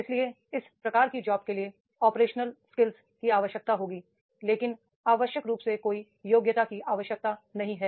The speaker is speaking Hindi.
इसलिए इस प्रकार की जॉब्स के लिए ऑपरेशनल स्किल्स की आवश्यकता होगी लेकिन आवश्यक रूप से कोई योग्यता की आवश्यकता नहीं है